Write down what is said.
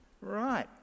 Right